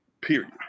period